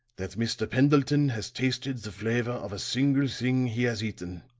that mr. pendleton has tasted the flavor of a single thing he has eaten.